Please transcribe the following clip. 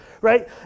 right